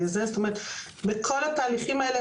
בכל התהליכים האלה,